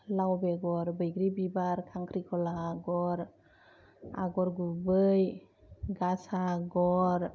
लाव बेगर बैग्रि बिबार खांख्रिख'ला आगर आगर गुबै गासा आगर